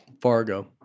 Fargo